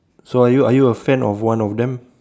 so are you are you a fan of one of them